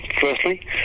firstly